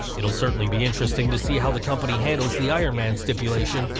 it'll certainly be interesting to see how the company handles the iron man stipulation,